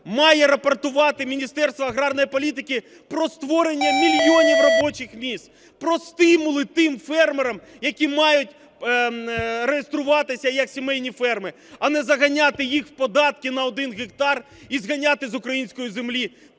Має рапортувати Міністерство аграрної політики про створення мільйонів робочих місць, про стимули тим фермерам, які мають реєструватися як сімейні ферми, а не заганяти їх в податки на один гектар і зганяти з української землі,